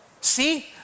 See